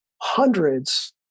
hundreds